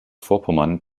vorpommern